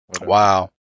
Wow